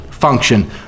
Function